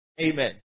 Amen